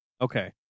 okay